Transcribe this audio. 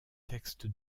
texte